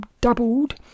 doubled